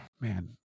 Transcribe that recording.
man